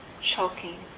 choking